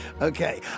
Okay